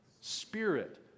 spirit